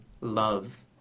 love